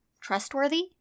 trustworthy